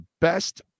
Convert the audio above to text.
best